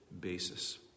basis